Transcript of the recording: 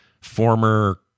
former